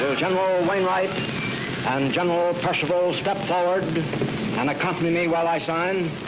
general wainwright and general percival step forward and accompany me while i sign?